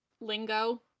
lingo